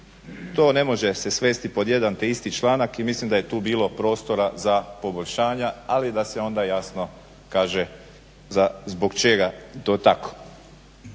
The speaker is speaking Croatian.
To ne može se svesti pod jedan te isti članak i mislim da je tu bilo prostora za poboljšanja, ali da se onda jasno kaže zbog čega je to tako.